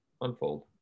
unfold